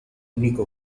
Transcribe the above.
único